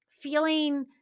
feeling